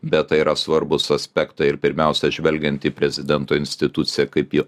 bet tai yra svarbūs aspektai ir pirmiausia žvelgiant į prezidento instituciją kaip į